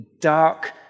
dark